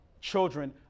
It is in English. children